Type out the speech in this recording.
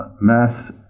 mass